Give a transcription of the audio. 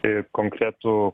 ir konkretų